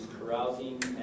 carousing